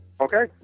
Okay